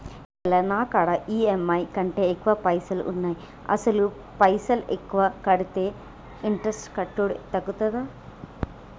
ఈ నెల నా కాడా ఈ.ఎమ్.ఐ కంటే ఎక్కువ పైసల్ ఉన్నాయి అసలు పైసల్ ఎక్కువ కడితే ఇంట్రెస్ట్ కట్టుడు తగ్గుతదా?